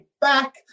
back